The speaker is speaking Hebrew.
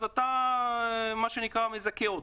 אז אתה מזכה אותו.